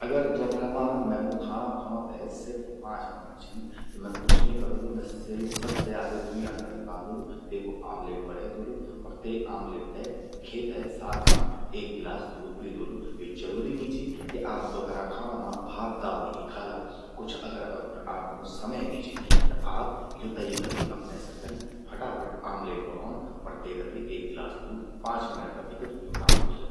अगर द्वोफरा मां मैंमु खाणों खाणों ते सिर्फ पांच मिनट छिन। त मैं कुछ नि करोलु, मैं सबसे आगे द्वी अंडा निकालोलु, तेकू आमलेट बणे द्योलु अर ते आमलेट ते खे ते एक गिलास दूध पी द्योलु। यो जरूरि नी चि कि आप द्वोफरा खाणो मां भात दाल ही खाला। कुछ अगर आप मूं समय नी चि। त आप यो तरीका भी अपने सकदन। फटाफट आमलेट बणौंण अर ते दगड़ि एक गिलास दूध। पांच मिनट का भितर यो काम व्हे जलु।